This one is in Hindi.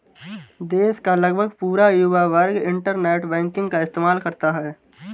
देश का लगभग पूरा युवा वर्ग इन्टरनेट बैंकिंग का इस्तेमाल करता है